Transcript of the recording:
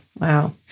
Wow